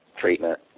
treatment